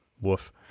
Woof